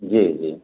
जी जी